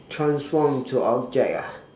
transform into object ah